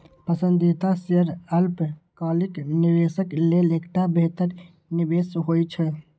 पसंदीदा शेयर अल्पकालिक निवेशक लेल एकटा बेहतर निवेश होइ छै